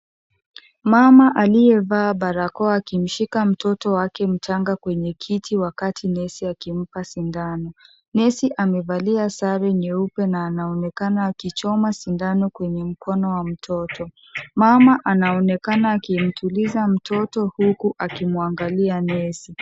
Mama aliyevaa barakoa akimshika mtoto wake mchanga kwenye kiti wakati nesi akimpa sindano, nesi amevalia sare nyeupe na anaonekana akichoma sindano kwenye mkono wa mtoto, mama anaonekana akimtuliza mtoto huku akimwangalia nesi.